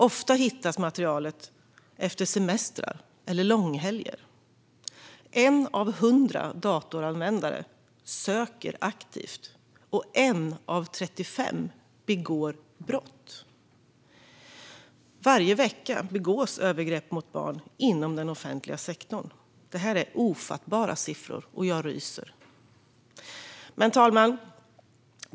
Ofta hittas materialet efter semestrar eller långhelger. 1 av 100 datoranvändare söker detta aktivt, och 1 av 35 begår brott. Varje vecka begås övergrepp mot barn inom den offentliga sektorn. Det här är ofattbara siffror. Jag ryser. Fru talman!